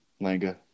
Langa